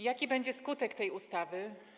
Jaki będzie skutek tej ustawy?